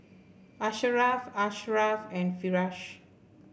Asharaff Asharaff and Firash